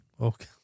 Okay